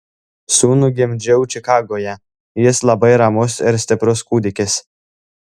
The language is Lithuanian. sūnų gimdžiau čikagoje jis labai ramus ir stiprus kūdikis